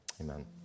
amen